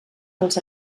dels